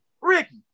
Ricky